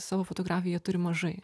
savo fotografijų jie turi mažai